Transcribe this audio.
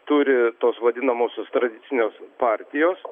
turi tos vadinamosios tradicinės partijos